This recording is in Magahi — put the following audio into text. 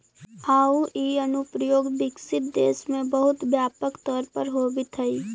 आउ इ अनुप्रयोग विकसित देश में बहुत व्यापक तौर पर होवित हइ